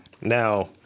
Now